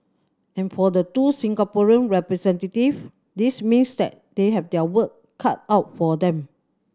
and for the two Singaporean representatives this means that they have their work cut out for them